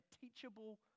teachable